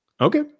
Okay